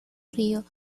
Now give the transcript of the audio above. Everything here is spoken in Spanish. río